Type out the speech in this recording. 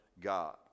God